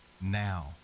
now